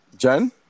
Jen